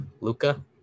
Luca